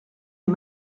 les